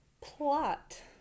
Plot